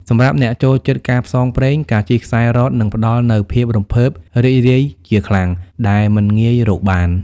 សម្រាប់អ្នកចូលចិត្តការផ្សងព្រេង ការជិះខ្សែរ៉កនឹងផ្ដល់នូវភាពរំភើបរីករាយជាខ្លាំងដែលមិនងាយរកបាន។